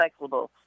recyclable